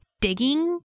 digging